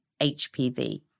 HPV